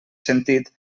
sentit